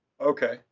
Okay